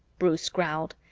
bruce growled.